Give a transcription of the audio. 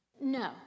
no